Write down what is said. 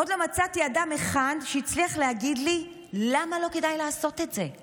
עוד לא מצאתי אדם אחד שהצליח להגיד לי למה לא כדאי לעשות את זה.